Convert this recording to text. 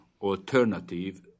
alternative